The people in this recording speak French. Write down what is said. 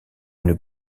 une